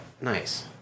Nice